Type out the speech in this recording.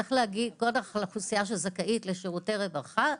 צריך להגיד האוכלוסייה שזכאית לשירותי הרווחה,